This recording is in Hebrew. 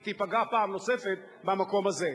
היא תיפגע פעם נוספת במקום הזה.